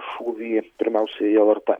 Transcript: šūvį pirmiausia į el er tė